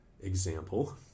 example